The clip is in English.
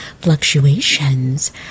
fluctuations